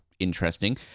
Interesting